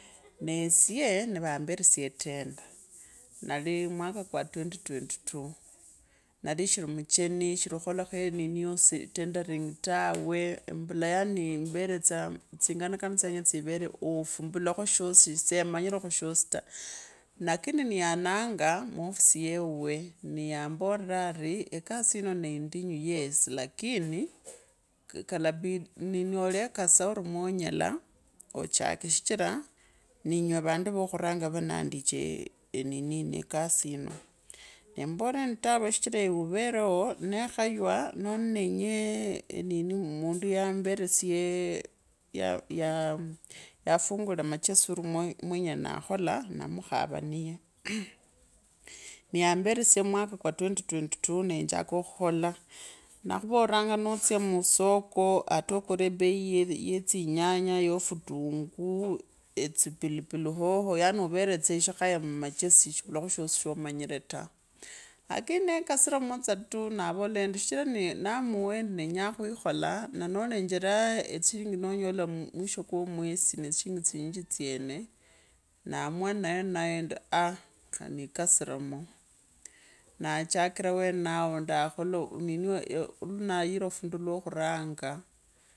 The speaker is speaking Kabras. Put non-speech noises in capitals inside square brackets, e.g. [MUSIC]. Nee esye nivaamberesya etenda nalii mwaka twenty twenty two nalishiri mucheni nalishiri khukholakho enini tenderina tawe. imbula yaani mbere tsa tsinganakani. yaani tswere off mbulakho shosishe manyirekho shosi ta. lakini niyanenga mwofisi yee wuwee niyambora arii ekasi yino neendinyu yes lakini kalaidi enini ulekasa ori mwonyela ochake shichira ninywe avoneluo khuronga vonandiche ekasi yino neemberesyee yaiya fungule machesi ori mwenyela na khola na mukhava niye niyamboresya omwaka twenty twenty twoneenjuka khukhola nakhyvoaranga notsya musoka ata okorwa ebei ya tsinyanya yo futunguu. etse pili hohio. yaani uvere tso eshikhaya muneachesi shivulakho shosi shopmanyire taa lakini nekasiramo tsa tuu navola endi shichira neemuye nenyaa khuikhols nanolenjeraa etsishirugi nanyola misho komwesi e tsinyinji tsyone nalaamua nayenaye endi [HESITATION] lakhanikosiremo naachakira wenao ndaa khola nini vu liwandara fundu laa khurange.